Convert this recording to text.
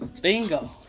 Bingo